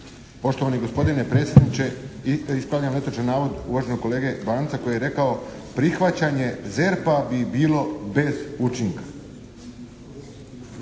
Poštovani gospodine predsjedniče, ispravljam netočan navod uvaženog kolege Banca koji je rekao prihvaćanje ZERP-a bi bilo bez učinka.